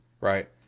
right